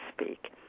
speak